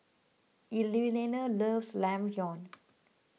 Evelena loves Ramyeon